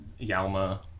yalma